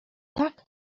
tak